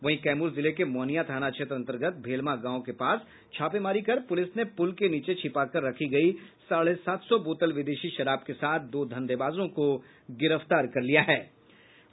वहीं कैमूर जिले के मोहनियां थाना क्षेत्र अंतर्गत भेलमा गांव के पास छापेमारी कर पुलिस ने पुल के नीचे छिपाकर रखी गयी साढ़े सात सौ बोतल विदेशी शराब के साथ दो धंधेबाजों को गिरफ्तार कर भभुआ जेल भेज दिया है